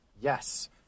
yes